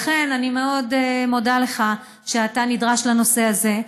לכן אני מאוד מודה לך שאתה נדרש לנושא הזה,